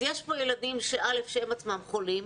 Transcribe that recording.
אז יש פה ילדים שהם עצמם חולים